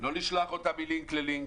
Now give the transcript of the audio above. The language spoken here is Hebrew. לא לשלוח אותם מלינק ללינק.